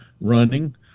running